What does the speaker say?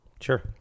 Sure